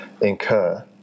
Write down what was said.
incur